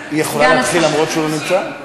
היא יכולה להתחיל אפילו שהוא לא נמצא?